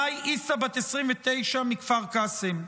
מאי עיסא, בת 29, מכפר קאסם,